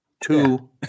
two